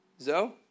Zoe